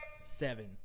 Seven